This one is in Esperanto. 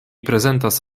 prezentas